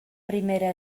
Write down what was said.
primera